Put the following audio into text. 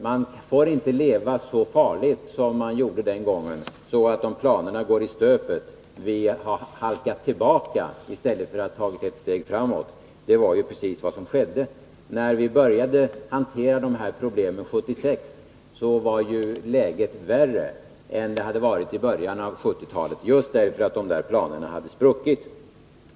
Man får inte leva så farligt som man gjorde den gången, så att det visar sig att vi, om planerna går i stöpet, har halkat efter i stället för att ha tagit ett steg framåt. Det var ju precis vad som skedde. När vi började hantera de här problemen 1976 var läget värre än det hade varit i början av 1970-talet, just därför att planerna hade spruckit.